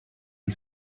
and